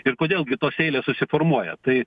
ir kodėl gi tos eilės susiformuoja tai